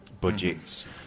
budgets